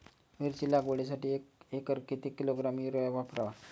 मिरची लागवडीसाठी प्रति एकर किती किलोग्रॅम युरिया वापरावा?